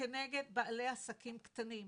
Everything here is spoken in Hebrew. כנגד בעלי עסקים קטנים,